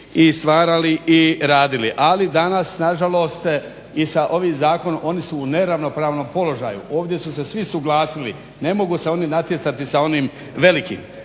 i stvarali i radili. Ali danas nažalost i sa ovim zakonom, oni su u neravnopravnom položaju, ovdje su se svi suglasili ne mogu se oni natjecati sa onim velikim.